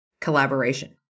collaboration